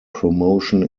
promotion